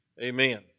Amen